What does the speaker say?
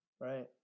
Right